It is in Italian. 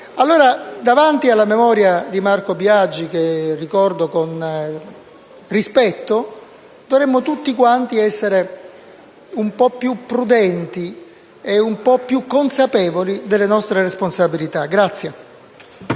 Davanti alla memoria di Marco Biagi, che ricordo con rispetto, dovremmo allora tutti quanti essere un po' più prudenti e un po' più consapevoli delle nostre responsabilità.